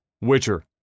witcher